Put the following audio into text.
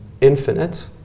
infinite